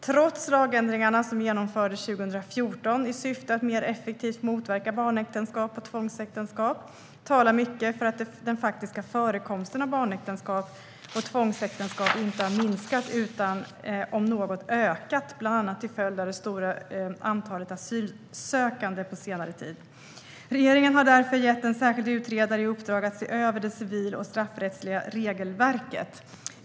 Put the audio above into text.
Trots de lagändringar som genomfördes 2014 i syfte att mer effektivt motverka barnäktenskap och tvångsäktenskap talar mycket för att den faktiska förekomsten av barnäktenskap och tvångsäktenskap inte har minskat, utan om något ökat, bland annat till följd av det stora antalet asylsökande på senare tid. Regeringen har därför gett en särskild utredare i uppdrag att se över det civil och straffrättsliga regelverket.